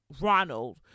Ronald